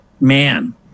man